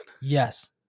Yes